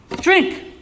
Drink